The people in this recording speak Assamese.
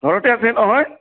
ঘৰতে আছে নহয়